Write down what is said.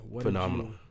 phenomenal